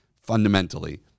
fundamentally